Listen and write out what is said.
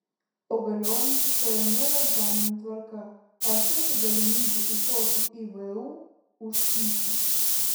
o galiojanti stojamųjų egzaminų tvarka ar teikia galimybių įstoti į vu už kyšį